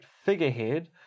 figurehead